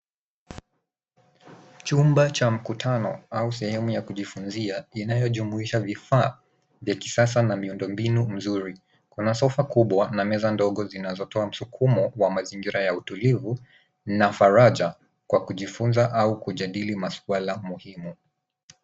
Chumba cha mkutano au sehemu ya kujifunzia inayojumuisha vifaa vya kisasa na miundombinu mzuri. Kuna sofa kubwa na meza ndogo zinazotoa msukumo wa mazingira ya utulivu na faraja kwa kujifunza au kujadili masuala muhimu.